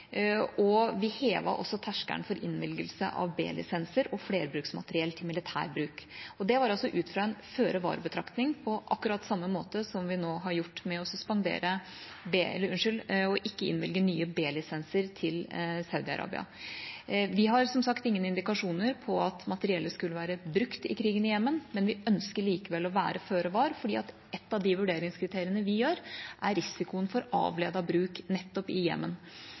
og vi hevet også terskelen for innvilgelse av B-lisenser og flerbruksmateriell til militær bruk. Det var ut fra en føre-var-betraktning, på akkurat samme måte som vi nå har gjort ved ikke å innvilge nye B-lisenser til Saudi-Arabia. Vi har som sagt ingen indikasjoner på at materiellet skulle være brukt i krigen i Jemen, men vi ønsker likevel å være føre var, fordi et av de vurderingskriteriene vi har, er risikoen for avledet bruk nettopp i